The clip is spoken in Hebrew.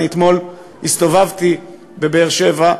אני אתמול הסתובבתי בבאר-שבע.